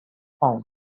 found